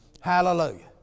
Hallelujah